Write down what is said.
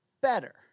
better